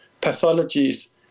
pathologies